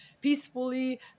peacefully